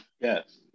Yes